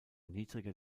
niedriger